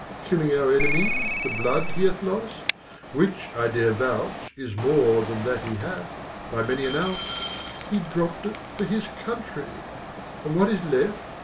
killing our enemies, the blood he hath lost which i dare vouch is more than that he hath by many an ounce he dropt it for his country and what is left,